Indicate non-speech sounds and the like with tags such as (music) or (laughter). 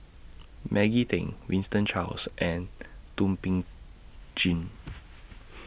Maggie Teng Winston Choos and Thum Ping Tjin (noise)